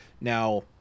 Now